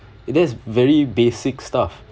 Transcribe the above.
it is very basic stuff